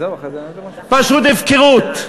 פשוט הפקרות.